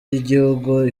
y’igihugu